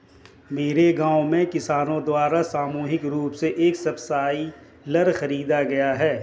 मेरे गांव में किसानो द्वारा सामूहिक रूप से एक सबसॉइलर खरीदा गया